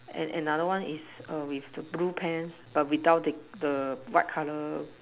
and another one is err with the blue pants but without the the white color